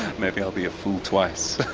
maybe i'll be a fool twice.